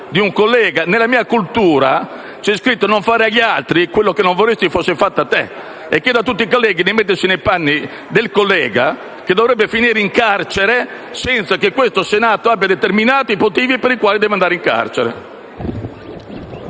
di un collega. Nella mia cultura c'è scritto di non fare agli altri quello che non vorresti fosse fatto a te e chiedo a tutti i colleghi di mettersi nei panni del collega che dovrebbe finire in carcere senza che questo Senato ne abbia determinato i motivi. *(Applausi dai Gruppi